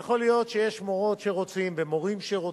יכול להיות שיש גם מורות ומורים שרוצים.